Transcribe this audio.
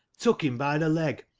took him by the leg,